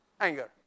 Anger